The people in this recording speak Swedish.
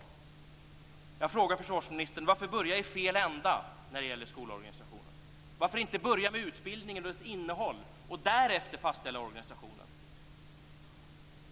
Jag vill fråga försvarsministern: Varför börja i fel ända när det gäller skolorganisationen? Varför inte börja med utbildningen och dess innehåll och därefter fastställa organisationen?